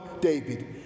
David